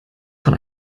von